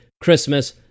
Christmas